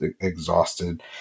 exhausted